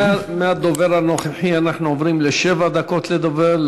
מהדובר הנוכחי אנחנו עוברים לשבע דקות לדובר,